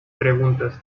preguntas